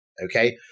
okay